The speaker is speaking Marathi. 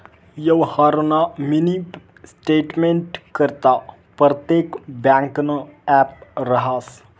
यवहारना मिनी स्टेटमेंटकरता परतेक ब्यांकनं ॲप रहास